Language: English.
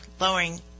lowering